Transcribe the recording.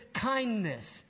kindness